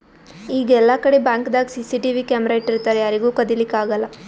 ಈಗ್ ಎಲ್ಲಾಕಡಿ ಬ್ಯಾಂಕ್ದಾಗ್ ಸಿಸಿಟಿವಿ ಕ್ಯಾಮರಾ ಇಟ್ಟಿರ್ತರ್ ಯಾರಿಗೂ ಕದಿಲಿಕ್ಕ್ ಆಗಲ್ಲ